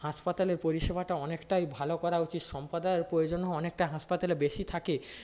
হাসপাতালের পরিষেবাটা অনেকটাই ভালো করা উচিত সম্প্রদায়ের প্রয়োজনও অনেকটা হাসপাতালে বেশি থাকে